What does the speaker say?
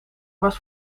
was